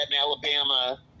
Alabama